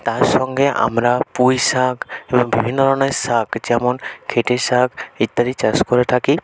তার সঙ্গে আমরা পুঁই শাক এবং বিভিন্ন ধরনের শাক যেমন ঠেটে শাক ইত্যাদি চাষ করে থাকি